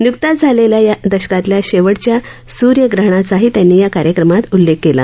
नुकत्याच झालेल्या या दशकातल्या शेवटच्या सूर्यग्रहणाचाही त्यांनी या कार्यक्रमात उल्लेख केला